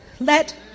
let